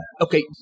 Okay